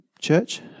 church